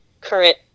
current